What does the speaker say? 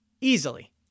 easily